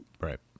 right